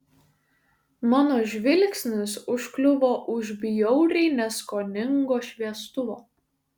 mano žvilgsnis užkliuvo už bjauriai neskoningo šviestuvo